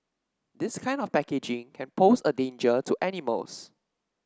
this kind of packaging can pose a danger to animals